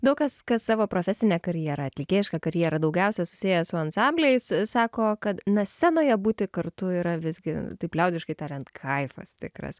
daug kas kas savo profesinę karjerą atlikėjišką karjerą daugiausia susieja su ansambliais sako kad na scenoje būti kartu yra visgi taip liaudiškai tariant kaifas tikras